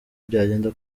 byagenda